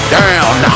down